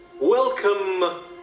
Welcome